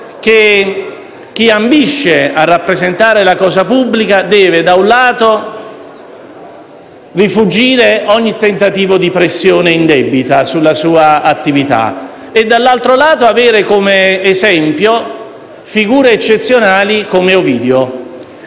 che chi ambisce a rappresentare la cosa pubblica deve, da un lato, rifuggire ogni tentativo di pressione indebita sulla sua attività e, dall'altro, avere come esempio figure eccezionali come Ovidio,